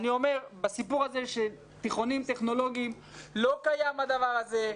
בסיפור הזה של תיכונים טכנולוגיים לא קיים הדבר הזה.